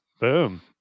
boom